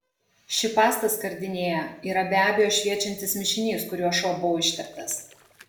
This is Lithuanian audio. ši pasta skardinėje yra be abejo šviečiantis mišinys kuriuo šuo buvo išteptas